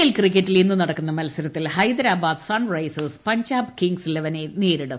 L ക്രിക്കറ്റിൽ ഇന്ന് നടക്കുന്ന മൽസരത്തിൽ ഹൈദരാബാദ് സൺറൈസേഴ്സ് പഞ്ചാബ് കിംങ്ങ്സ് ഇലവനെ നേരിടും